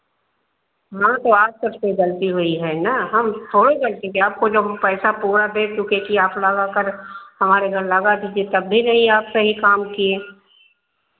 हाँ तो आप सब से गलती हुई है ना हम थोड़े गलती किए आपको जब हम पैसा पूरा दे चुकें कि आप लोग आ कर हमारे घर लगा दीजिए तब भी नहीं आप सही काम किए